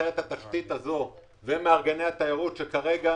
אחרת התשתית הזו ומארגני התיירות שכרגע,